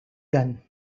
done